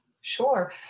Sure